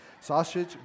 sausage